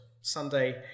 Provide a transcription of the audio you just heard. Sunday